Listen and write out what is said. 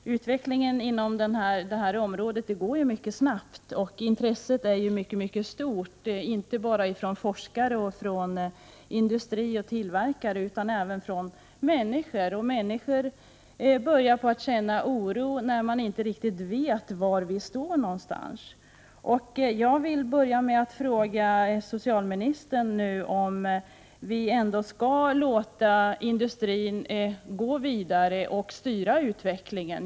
Utvecklingen inom detta område går mycket snabbt och intresset är mycket stort, inte bara från forskare, industrier och tillverkare, utan även från människor i allmänhet. Människorna börjar känna oro när de inte riktigt vet var vi står. Jag vill fråga socialministern om vi skall låta industrin gå vidare och styra utvecklingen.